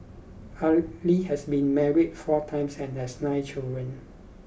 Ali has been married four times and has nine children